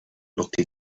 looked